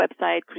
website